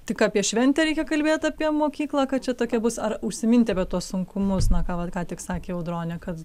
tik apie šventę reikia kalbėt apie mokyklą kad čia tokia bus ar užsiminti apie tuos sunkumus na ką vat ką tik sakė audronė kad